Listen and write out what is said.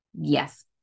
yes